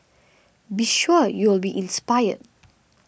be sure you'll be inspired